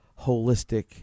holistic